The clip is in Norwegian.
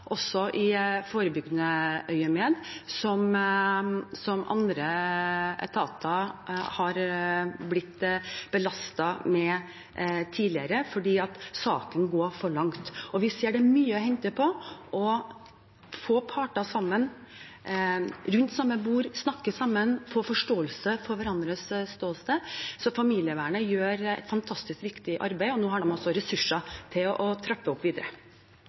i forebyggende øyemed, som andre etater har blitt belastet med tidligere fordi sakene har gått for langt. Vi ser at det er mye å hente på å få partene samlet rundt samme bord, få dem til å snakke sammen og få forståelse for hverandres ståsted. Familievernet gjør et fantastisk viktig arbeid, og nå har de også ressurser til å trappe opp videre.